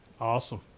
Awesome